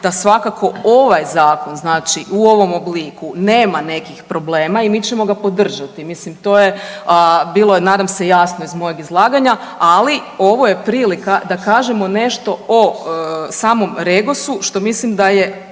da svakako ovaj zakon, znači u ovom obliku nema nekih problema i mi ćemo ga podržati, mislim to je, bilo je nadam se jasno iz mojeg izlaganja, ali ovo je prilika da kažemo nešto o samom REGOS-u što mislim da je